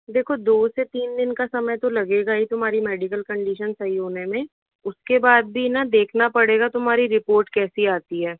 देखो दो से तीन दिन का समय तो लगेगा ही तुम्हारी मेडिकल कन्डिशन सही होने में उसके बाद भी न देखना पड़ेगा तुम्हारी रिपोर्ट कैसी आती है